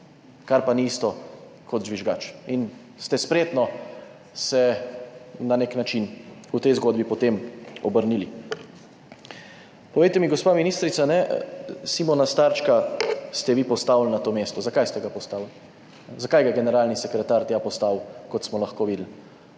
kar pa ni isto kot žvižgač in ste spretno se na nek način v tej zgodbi potem obrnili. Povejte mi, gospa ministrica, Simona Starčka ste vi postavili na to mesto. Zakaj ste ga postavili? Zakaj ga je generalni sekretar tja postavil, kot smo lahko videli.